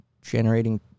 generating